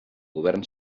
govern